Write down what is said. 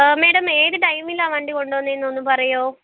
madam ഏതു ടൈമിലാണ് വണ്ടി കൊണ്ടുവന്നതെന്നൊന്നു പറയുമോ